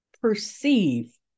perceive